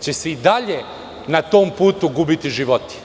će se i dalje na tom putu gubiti životi.